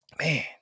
Man